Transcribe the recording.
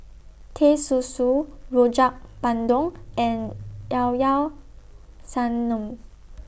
Teh Susu Rojak Bandung and Llao Llao Sanum